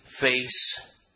face